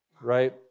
Right